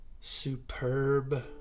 superb